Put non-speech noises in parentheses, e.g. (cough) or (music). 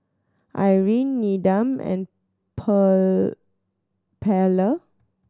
Irine Needham and (unintelligible) Pearla